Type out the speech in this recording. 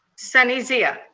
sunny zia?